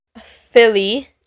Philly